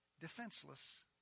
defenseless